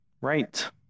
right